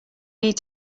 need